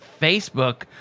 Facebook